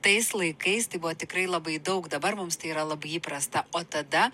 tais laikais tai buvo tikrai labai daug dabar mums tai yra labai įprasta o tada